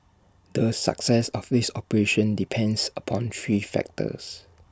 the success of this operation depends upon three factors